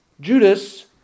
Judas